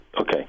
okay